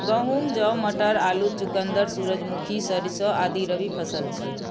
गहूम, जौ, मटर, आलू, चुकंदर, सूरजमुखी, सरिसों आदि रबी फसिल छियै